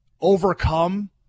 overcome